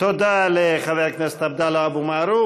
תודה לחבר הכנסת עבדאללה אבו מערוף.